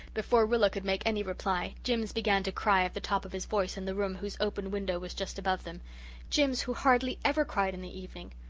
before rilla could make any reply, jims began to cry at the top of his voice in the room whose open window was just above them jims, who hardly ever cried in the evening.